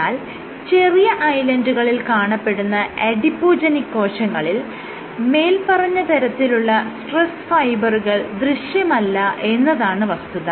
എന്നാൽ ചെറിയ ഐലൻഡുകളിൽ കാണപ്പെടുന്ന അഡിപോജെനിക് കോശങ്ങളിൽ മേല്പറഞ്ഞ തരത്തിലുള്ള സ്ട്രെസ് ഫൈബറുകൾ ദൃശ്യമല്ല എന്നതാണ് വസ്തുത